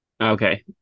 Okay